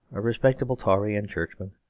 a respectable tory and churchman,